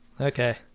okay